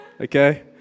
Okay